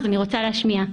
אז אני רוצה להשמיע: